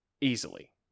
Easily